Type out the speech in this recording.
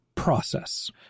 Process